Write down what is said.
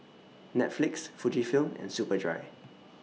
Netflix Fujifilm and Superdry